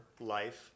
life